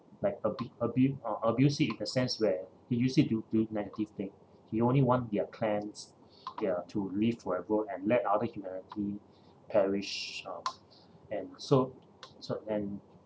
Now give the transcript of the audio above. like abu~ abu~ uh abuse in the sense where he use it to do negative thing he only want their clans ya to live forever and let other humanity perish out and so so and